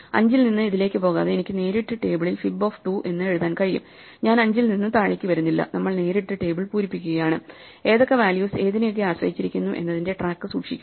5 ൽ നിന്ന് ഇതിലേക്ക് പോകാതെ എനിക്ക് നേരിട്ട് ടേബിളിൽ fib ഓഫ് 2 എഴുതാൻ കഴിയും ഞാൻ 5 ൽ നിന്ന് താഴേക്ക് വരുന്നില്ല നമ്മൾ നേരിട്ട് ടേബിൾ പൂരിപ്പിക്കുകയാണ് ഏതൊക്കെ വാല്യൂസ് ഏതിനെയൊക്ക ആശ്രയിച്ചിരിക്കുന്നു എന്നതിന്റെ ട്രാക്ക് സൂക്ഷിക്കുക